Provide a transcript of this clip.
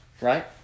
Right